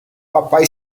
papai